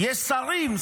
יש שרים.